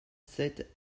sept